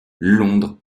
londres